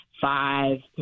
five